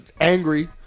angry